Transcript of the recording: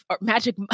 magic